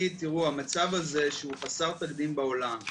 המצב הזה שהוא חסר תקדים בעולם,